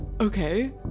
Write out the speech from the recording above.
Okay